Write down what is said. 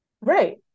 right